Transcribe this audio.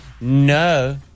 no